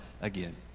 again